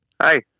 Hi